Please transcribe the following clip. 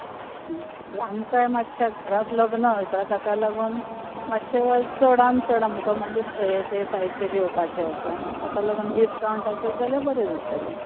आमकांय मातशे घरांत लग्न आसा ताका लागून मातशे चडांत चड आमकां म्हणजे हें तें जायतें घेवपाचें आसा ताका लागून डिस्काउंट आसत जाल्यार बरें जातलें